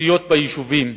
התשתיות ביישובים,